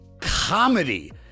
comedy